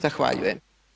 Zahvaljujem.